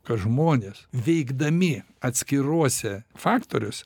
kad žmonės veikdami atskiruose faktoriuose